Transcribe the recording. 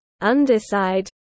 underside